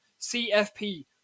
cfp